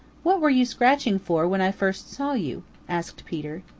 what were you scratching for when i first saw you? asked peter.